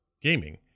gaming